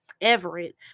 Everett